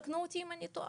ותקנו אותי אם אני טועה.